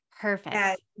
Perfect